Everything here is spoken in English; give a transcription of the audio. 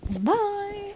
Bye